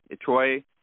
Troy